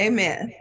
Amen